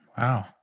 Wow